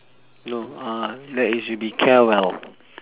no uh that is you be carewell